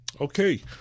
Okay